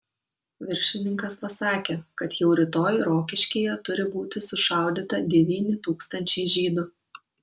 viršininkas pasakė kad jau rytoj rokiškyje turi būti sušaudyta devyni tūkstančiai žydų